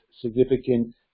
significant